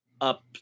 up